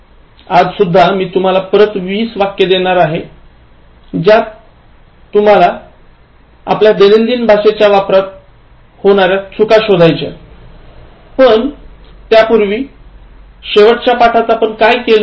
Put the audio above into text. आज सुद्धा मी तुम्हाला परत २० वाक्य देणार आहे ज्यात आपण सामान्यत आपल्या दैनंदिन भाषेच्या वापरात चुका करतोत पण त्यापूर्वी शेवटच्या पाठात आपण काय केलं